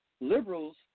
Liberals